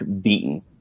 beaten